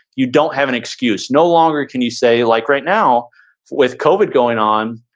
you don't have an excuse. no longer can you say, like right now with covid going on,